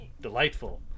delightful